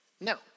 No